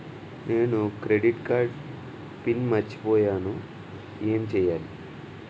నేను credit card debit card PIN మర్చిపోయేను ఎం చెయ్యాలి?